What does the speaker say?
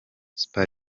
super